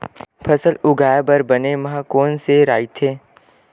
फसल उगाये बर बने माह कोन से राइथे?